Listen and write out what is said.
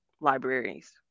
libraries